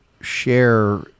share